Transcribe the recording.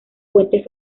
puentes